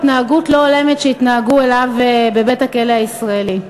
התנהגות לא הולמת שהתנהגו אליו בבית-הכלא הישראלי.